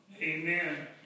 Amen